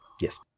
yes